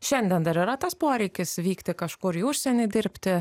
šiandien dar yra tas poreikis vykti kažkur į užsienį dirbti